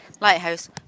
lighthouse